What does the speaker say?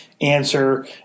answer